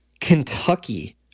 Kentucky